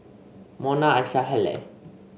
Monna Asha Halle